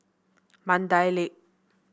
Mandai Lake